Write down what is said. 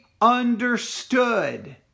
understood